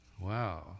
Wow